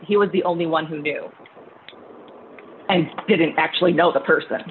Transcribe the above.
he was the only one who do and didn't actually know the person